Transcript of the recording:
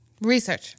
Research